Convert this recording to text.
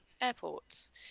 airports